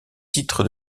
titre